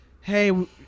hey